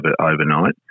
overnight